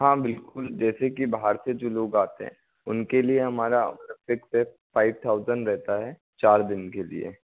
हाँ बिल्कुल जैसे कि बाहर से जो लोग आते हैं उनके लिए हमारा फ़िक्स रेट फ़ाइव थाउज़ेंड रहता है चार दिन के लिए